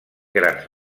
grans